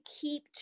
keep